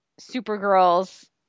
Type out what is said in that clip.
Supergirl's